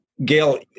Gail